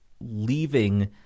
leaving